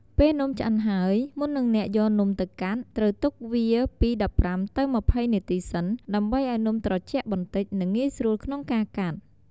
ពេលនំឆ្អិនហើយ មុននឹងអ្នកយកនំទៅកាត់ ត្រូវទុកវាពី ១៥ ទៅ ២០ នាទីសិន ដើម្បីឱ្យនំត្រជាក់បន្តិច និងងាយស្រួលក្នុងការកាត់។